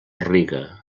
riga